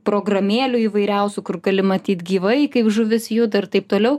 programėlių įvairiausių kur gali matyt gyvai kaip žuvis juda ir taip toliau